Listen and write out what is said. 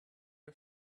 her